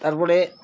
তারপরে